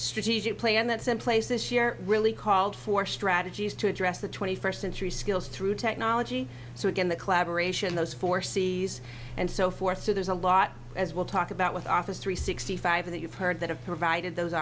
strategic plan that's in place this year really called for strategies to address the twenty first century skills through technology so again the collaboration those four cs and so forth so there's a lot as well talk about with office three sixty five that you've heard that have provided those